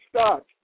stuck